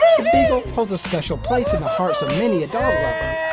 the beagle holds a special place in the hearts of many a dog lover.